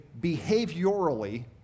behaviorally